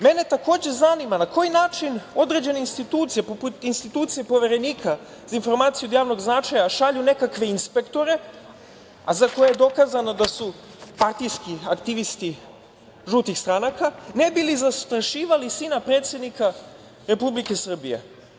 Mene takođe zanima na koji način određene institucije poput institucije Poverenika za informacije od javnog značaja šalju nekakve inspektore, a za koje je dokazano da su partijski aktivisti žutih stranaka, ne bili zastrašivali sina predsednika Republike Srbije.